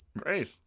great